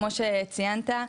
כמו שציינת,